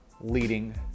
leading